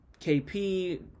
KP